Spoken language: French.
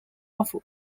info